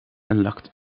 unlocked